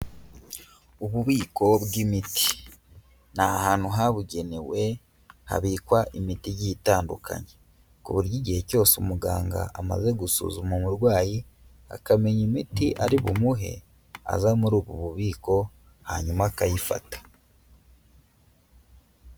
Ububiko bw'imiti, ni ahantutu habugenewe habikwa imiti igiye itandukanye, ku buryo igihe cyose umuganga amaze gusuzuma umurwayi akamenya imiti ari bumuhe, aza muri ubu bubiko hanyuma akayifata.